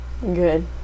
good